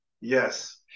Yes